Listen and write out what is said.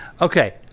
Okay